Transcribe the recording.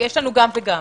יש לנו גם וגם.